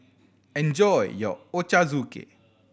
enjoy your Ochazuke